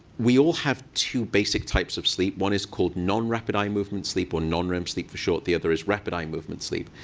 we all have two basic types of sleep. one is called non-rapid eye and movement sleep, or non-rem sleep for short. the other is rapid eye movement sleep.